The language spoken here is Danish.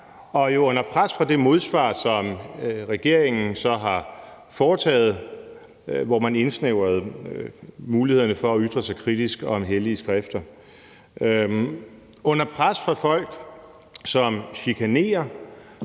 under pres fra det modsvar, som regeringen så har foretaget, hvor man indsnævrede mulighederne for at ytre sig kritisk om hellige skrifter; under pres fra folk, som chikanerer.